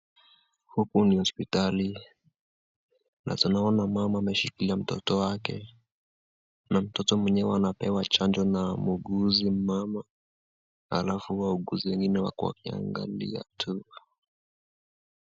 Huku ni hospitali na tunaona mama ameshikilia mtoto wake na mtoto mwenyewe anapewa chanjo na muuguzi mama halafu wauguzi wengine wako wakiangalia tu.